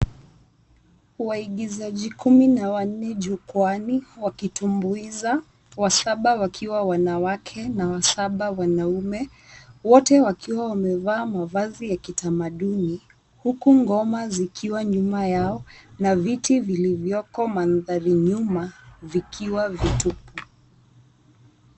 Waigizaji kumi na wanne jukwani wakitumbuiza, wasaba wakiwa wanawake na wasaba wanaume wote wakiwa wamevaa mavazi ya kitamaduni, huku ngoma zikiwa nyuma yao na viti vilivyoko mandharinyuma vikiwa vitupu.